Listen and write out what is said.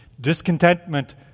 discontentment